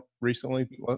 recently